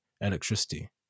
electricity